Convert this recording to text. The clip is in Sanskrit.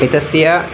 एतस्य